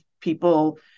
people